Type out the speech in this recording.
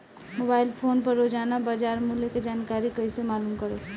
Mobile phone पर रोजाना बाजार मूल्य के जानकारी कइसे मालूम करब?